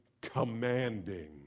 commanding